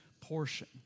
portion